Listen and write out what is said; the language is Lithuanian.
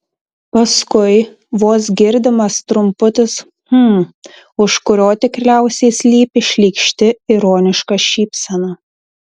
paskui vos girdimas trumputis hm už kurio tikriausiai slypi šykšti ironiška šypsena